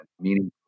meaningful